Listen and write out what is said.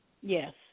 Yes